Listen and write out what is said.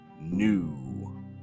new